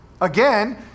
Again